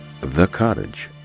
thecottage